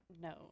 No